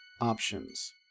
options